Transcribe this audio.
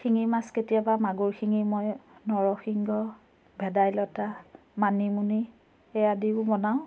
শিঙি মাছ কেতিয়াবা মাগুৰ শিঙি মই নৰসিংহ ভেদাইলতা মানিমুনি সেয়া দিয়ো বনাওঁ